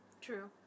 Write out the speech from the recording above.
True